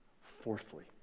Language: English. Fourthly